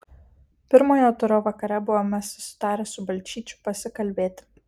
pirmojo turo vakare buvome susitarę su balčyčiu pasikalbėti